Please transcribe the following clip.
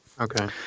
Okay